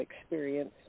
experience